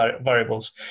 variables